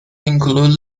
include